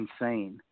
insane